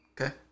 Okay